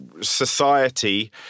society